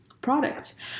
products